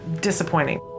Disappointing